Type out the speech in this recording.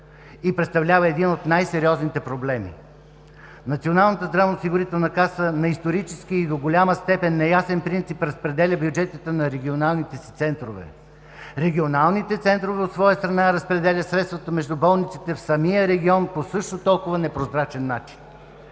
и представлява един от най-сериозните проблеми. Националната здравноосигурителна каса на исторически и до голяма степен неясен принцип разпределя бюджетите на регионалните си центрове. Регионалните центрове, от своя страна, разпределят средствата между болниците в самия регион по също толкова непрозрачен начин.